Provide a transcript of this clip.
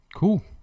Cool